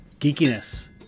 geekiness